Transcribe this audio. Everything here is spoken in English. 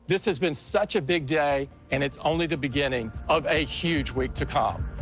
this has been such a big day, and it's only the beginning of a huge week to come.